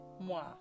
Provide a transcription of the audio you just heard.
moi